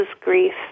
grief